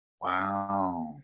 Wow